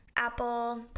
apple